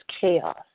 chaos